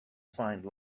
find